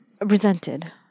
Resented